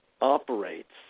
operates